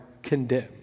condemned